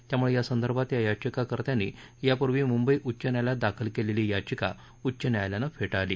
त्यामुळखि संदर्भात या याचिकाकर्त्यांनी यापूर्वी मुंबई उच्च न्यायालयात दाखल कलिली याचिका उच्च न्यायालयानं फ्ट्रिळली